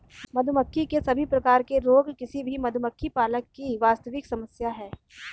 मधुमक्खी के सभी प्रकार के रोग किसी भी मधुमक्खी पालक की वास्तविक समस्या है